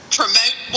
promote